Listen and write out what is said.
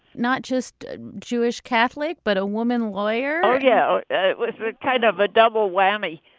not just jewish, catholic, but a woman lawyer. audio was kind of a double whammy